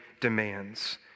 demands